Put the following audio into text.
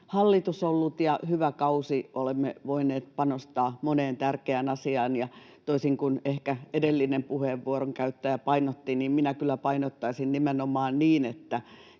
hallitus ollut ja hyvä kausi. Olemme voineet panostaa moneen tärkeään asiaan, ja toisin kuin ehkä edellinen puheenvuoronkäyttäjä painotti, minä kyllä painottaisin nimenomaan, että